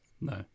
No